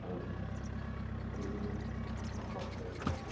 മ്മ് ആ okay okay